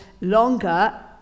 longer